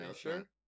sure